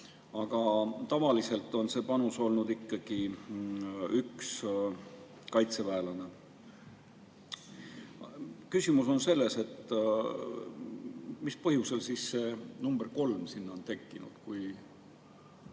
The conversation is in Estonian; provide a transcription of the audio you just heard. aga tavaliselt on see panus olnud ikkagi üks kaitseväelane. Küsimus on selles, mis põhjusel siis see number kolm sinna on tekkinud.